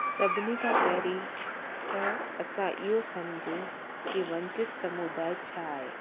सभिनी खां पहिरीं त असां इहो सम्झूं की वंचित समूदाय छा आहे